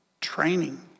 training